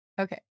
Okay